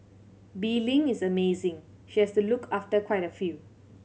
Bee Ling is amazing she has to look after quite a few